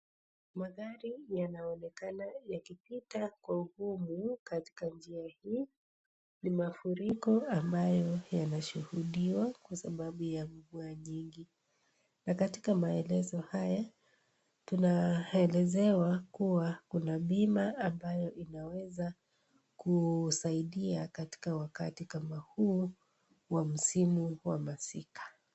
Magari yanaonekana yakipita kwa ugumu katika njia hii ni mafuriko ambayo yameshuhudiwa kwa sababu ya mvua nyingi na katika maelezo haya, tunaelezewa kuwa kuna bima ambayo inaweza kusaidia katika wakati kama huu wa msimu wa masika.